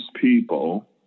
people